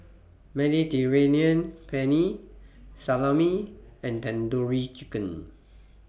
Mediterranean Penne Salami and Tandoori Chicken